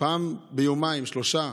פעם ביומיים-שלושה.